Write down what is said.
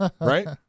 right